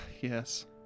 yes